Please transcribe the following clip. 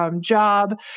job